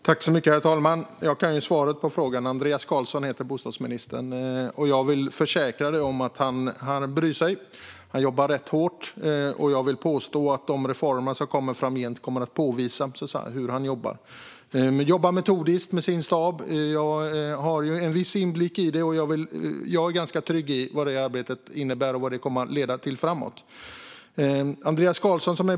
Herr talman! Jag kan svaret på frågan. Andreas Carlson heter bostadsministern, och jag kan försäkra dig om att han bryr sig, Denis Begic. Han jobbar rätt hårt, och jag vill påstå att de reformer som kommer framgent kommer att påvisa hur metodiskt han jobbar med sin stab. Jag har viss inblick, och jag är ganska trygg med vad detta arbete innebär och vad det kommer att leda till framåt.